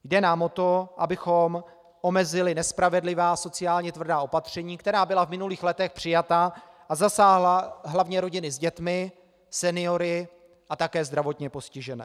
Jde nám o to, abychom omezili nespravedlivá a sociálně tvrdá opatření, která byla v minulých letech přijata a zasáhla hlavně rodiny s dětmi, seniory a také zdravotně postižené.